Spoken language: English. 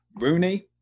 Rooney